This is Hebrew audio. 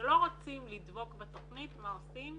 כשלא רוצים לדבוק בתוכנית, מה עושים?